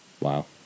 Wow